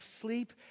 sleep